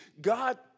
God